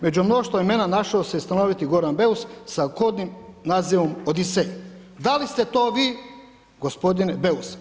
Među mnoštvo imena našao se i stanoviti Goran Beus sa kodnim nazivom Odisej.“ Da li ste to vi gospodine Beus?